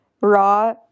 raw